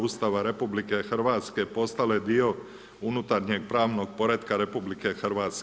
Ustava RH postale dio unutarnjeg pravnog poretka RH.